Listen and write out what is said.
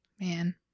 man